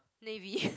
Navy